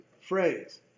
phrase